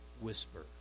whisper